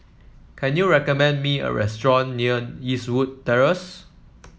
can you recommend me a restaurant near Eastwood Terrace